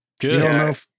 good